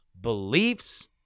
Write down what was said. beliefs